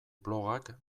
blogak